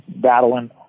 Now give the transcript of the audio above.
battling